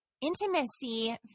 intimacy